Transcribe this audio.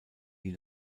die